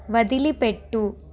వదిలిపెట్టు